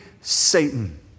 Satan